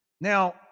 Now